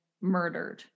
murdered